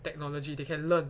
technology they can learn